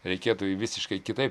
reikėtų jį visiškai kitaip